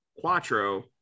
quattro